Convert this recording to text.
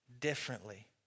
differently